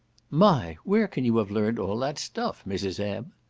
my! where can you have learnt all that stuff, mrs. m?